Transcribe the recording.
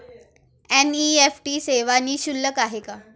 NEFT सेवा निःशुल्क आहे का?